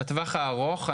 בטווח הארוך,